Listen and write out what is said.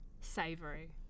savory